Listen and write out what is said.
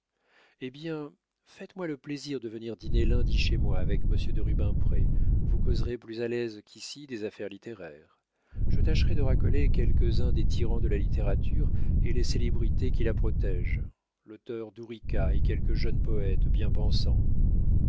hé bien faites-moi le plaisir de venir dîner lundi chez moi avec monsieur de rubempré vous causerez plus à l'aise qu'ici des affaires littéraires je tâcherai de racoler quelques-uns des tyrans de la littérature et les célébrités qui la protègent l'auteur d'ourika et quelques jeunes poètes bien pensants